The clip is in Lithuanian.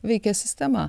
veikia sistema